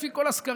לפי כל הסקרים,